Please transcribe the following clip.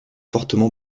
fortement